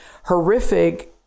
horrific